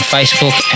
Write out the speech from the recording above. Facebook